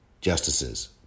justices